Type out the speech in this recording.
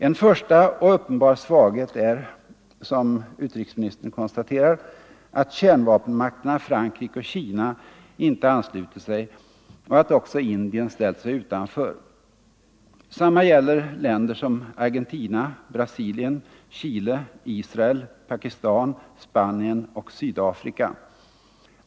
En första och uppenbar svaghet är, som utrikesministern konstaterar, att kärnvapenmakterna Frankrike och Kina inte anslutit sig och att också Indien ställt sig utanför. Samma gäller länder som Argentina, Brasilien, Chile, Israel, Pakistan, Spanien och Sydafrika.